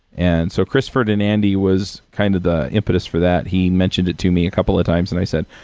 and so chris ferdinandi was kind of the impetus for that. he mentioned it to me a couple of times and i said,